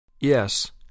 Yes